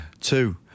Two